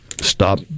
stop